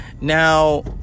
Now